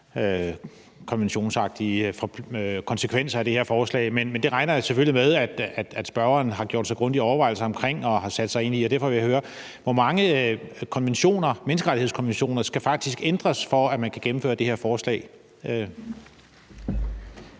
konventionsmæssige konsekvenser, men det regner jeg selvfølgelig med at spørgeren har gjort sig grundige overvejelser omkring og har sat sig ind i, og derfor vil jeg høre, hvor mange menneskerettighedskonventioner der faktisk skal ændres, for at man kan gennemføre det her forslag.